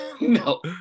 No